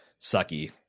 sucky